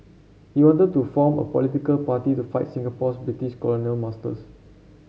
he wanted to form a political party to fight Singapore's British colonial masters